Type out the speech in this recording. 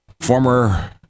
former